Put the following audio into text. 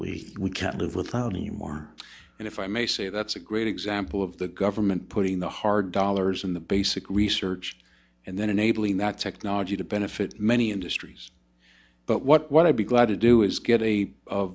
that we can't live without anymore and if i may say that's a great example of the government putting the hard dollars in the basic research and then enabling that technology to benefit many industries but what i'd be glad to do is get a